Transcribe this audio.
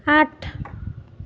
আট